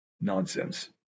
Nonsense